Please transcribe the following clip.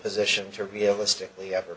position to realistically ever